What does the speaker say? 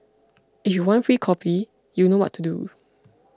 if you want free coffee you know what to do